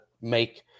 make